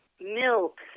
milk